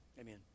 Amen